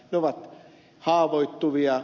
ne ovat haavoittuvia